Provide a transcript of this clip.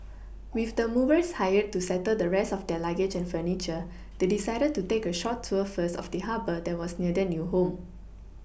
with the movers hired to settle the rest of their luggage and furniture they decided to take a short tour first of the Harbour that was near their new home